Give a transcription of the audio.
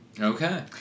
Okay